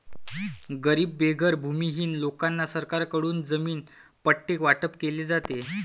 गरीब बेघर भूमिहीन लोकांना सरकारकडून जमीन पट्टे वाटप केले जाते